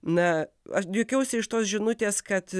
na aš juokiausi iš tos žinutės kad